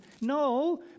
No